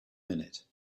minute